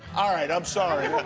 ah right, i'm sorry.